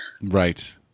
Right